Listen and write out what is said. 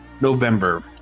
November